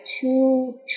two